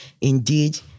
indeed